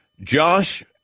Josh